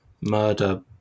murder